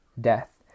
death